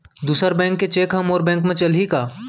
दूसर बैंक के चेक ह मोर बैंक म चलही का?